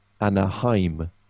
Anaheim